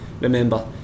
remember